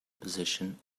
position